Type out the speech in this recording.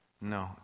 No